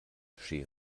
schere